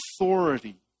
authority